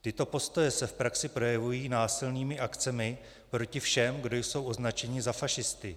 Tyto postoje se v praxi projevují násilnými akcemi proti všem, kdo jsou označeni za fašisty.